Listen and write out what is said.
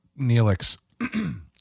Neelix